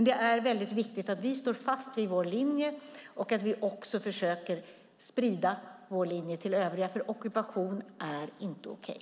Det är väldigt viktigt att vi står fast vid vår linje och försöker sprida vår linje till övriga. Ockupation är inte okej.